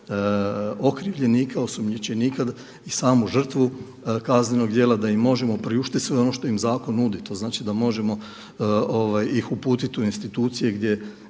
okrivljenika, osumnjičenika i samu žrtvu kaznenog djela da im možemo priuštiti sve ono što im zakon nudi, to znači da ih možemo uputiti u institucije gdje